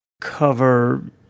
cover